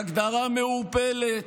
הגדרה מעורפלת,